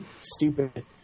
stupid